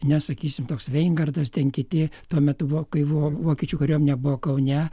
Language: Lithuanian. nes sakysim toks veinhardas ten kiti tuo metu buvo kai buvo vokiečių kariuomenė buvo kaune